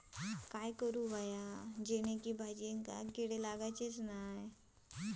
काय करूचा जेणेकी भाजायेंका किडे लागाचे नाय?